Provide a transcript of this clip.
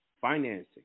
financing